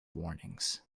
warnings